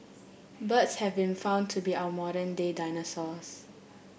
birds have been found to be our modern day dinosaurs